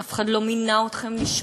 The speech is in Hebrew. אף אחד לא מינה אתכם לשפוט,